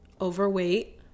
overweight